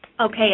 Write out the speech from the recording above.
Okay